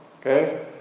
Okay